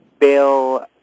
Bill